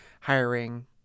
hiring